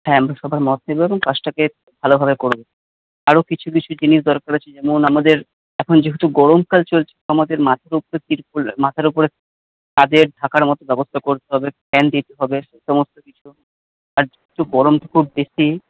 হ্যাঁ আমরা সবার মত নেব এবং কাজটাকে ভালোভাবে করবো আরও কিছু কিছু জিনিস দরকার আছে যেমন আমাদের এখন যেহেতু গরমকাল চলছে আমাদের মাথার ওপরে কিছু করলাম মাথার ওপরে ছাদে ঢাকার মত ব্যবস্থা করতে হবে ফ্যান দিতে হবে সমস্ত কিছু আর গরমটা খুব বেশি